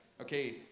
okay